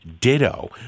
Ditto